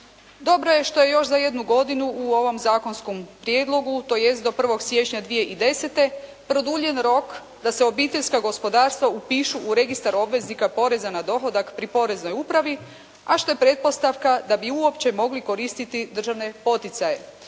Dobro je što još za jednu godinu u ovom zakonskom prijedlogu tj. do 1. siječnja 2010. produlje rok da se obiteljska gospodarstva upišu u registar obveznika poreza na dohodak pri poreznoj upravi a što je pretpostavka da bi uopće mogli koristiti državne poticaje.